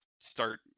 start